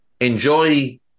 Enjoy